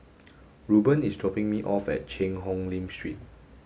Ruben is dropping me off at Cheang Hong Lim Street